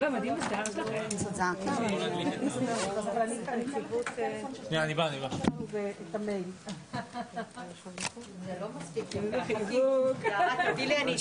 הישיבה ננעלה בשעה 11:03.